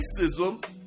racism